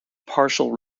partial